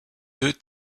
deux